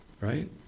Right